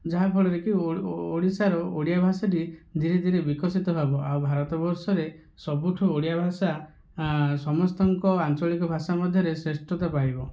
ଯାହାଫଳରେକି ଓଡ଼ିଶାରୁ ଓଡ଼ିଆ ଭାଷାଟି ଧୀରେ ଧୀରେ ବିକଶିତ ହେବ ଆଉ ଭାରତ ବର୍ଷରେ ସବୁଠୁ ଓଡ଼ିଆ ଭାଷା ସମସ୍ତଙ୍କ ଆଞ୍ଚଳିକ ଭାଷା ମଧ୍ୟରେ ଶ୍ରେଷ୍ଠତା ପାଇବ